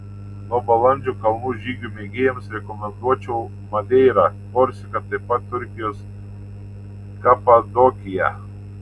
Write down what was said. nuo balandžio kalnų žygių mėgėjams rekomenduočiau madeirą korsiką taip pat turkijos kapadokiją